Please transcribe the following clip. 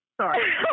Sorry